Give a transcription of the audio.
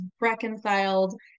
reconciled